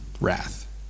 wrath